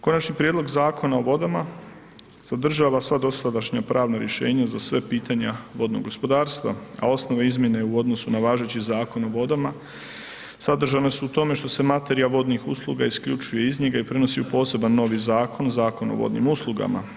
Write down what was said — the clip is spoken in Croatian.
Konačni prijedlog Zakona o vodama sadržava sva dosadašnja pravna rješenja za sve pitanja vodnog gospodarstva, a osnove izmjene u odnosu na važeći Zakon o vodama sadržane su u tome što se materija vodnih usluga isključuje iz njega i prenosi u poseban novi zakon, Zakon o vodnim uslugama.